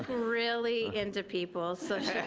really into people, so she